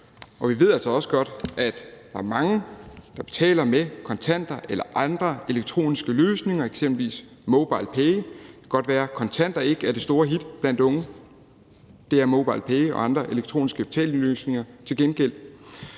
vi ved altså også godt, at der er mange, der betaler med kontanter eller elektroniske løsninger, eksempelvis MobilePay – det kan godt være, kontanter ikke er det store hit blandt unge, men det er MobilePay og andre elektroniske betalingsløsninger til gengæld.